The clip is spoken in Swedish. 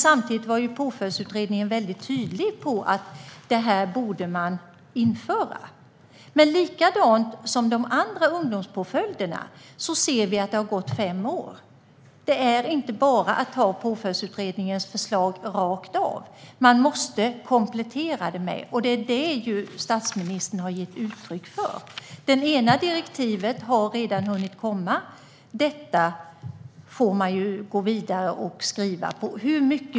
Samtidigt var Påföljdsutredningen tydlig med att förslagen borde införas. Precis som med de andra förslagen om ungdomspåföljderna ser vi att det har gått fem år. Det går inte att anta Påföljdsutredningens förslag rakt av. De måste kompletteras. Det är vad statsministern har gett uttryck för. Det ena direktivet har redan hunnit komma. Detta får man gå vidare med.